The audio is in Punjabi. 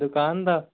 ਦੁਕਾਨ ਦਾ